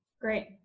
Great